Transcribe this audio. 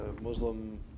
Muslim